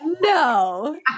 No